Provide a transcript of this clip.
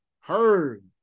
heard